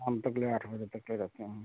हम तो आठ बजे तक जाते हैं